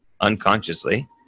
unconsciously